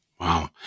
Wow